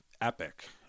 epic